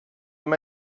ihm